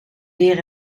weer